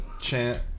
chant